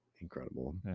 Incredible